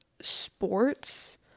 sports